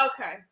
Okay